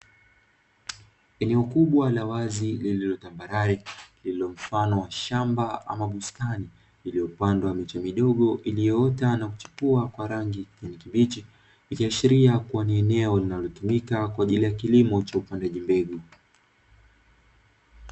Eneo kubwa la wazi lililotambarare lililomfano wa shamba ama bustani lililopandwa miche midogo iliyoota na kuchipua kwa na rangi ya kijani kibichi, ikiashiria kuwa ni eneo linalotumika kwa ajili ya kilimo cha upandaji mbegu.